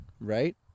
right